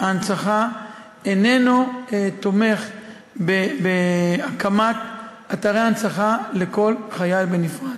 משפחות והנצחה איננו תומך בהקמת אתרי הנצחה לכל חייל בנפרד.